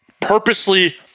purposely